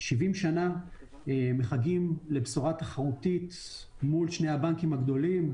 70 שנים מחכים לבשורה תחרותית מול שני הבנקטים הגדולים,